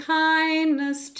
kindness